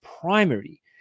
primary